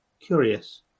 Curious